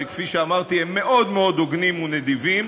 שכפי שאמרתי הם מאוד מאוד הוגנים ונדיבים,